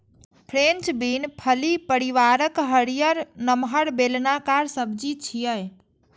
French bean फली परिवारक हरियर, नमहर, बेलनाकार सब्जी छियै